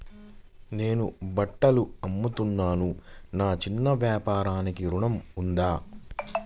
నేను బట్టలు అమ్ముతున్నాను, నా చిన్న వ్యాపారానికి ఋణం ఉందా?